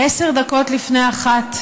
עשר דקות לפני 01:00,